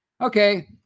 Okay